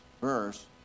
verse